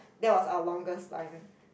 that was our longest line